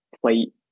plate